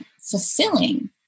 fulfilling